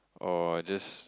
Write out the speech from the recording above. or just